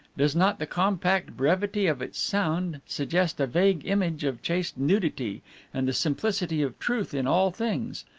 does not the compact brevity of its sound suggest a vague image of chaste nudity and the simplicity of truth in all things?